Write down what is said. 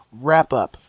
wrap-up